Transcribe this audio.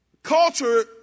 Culture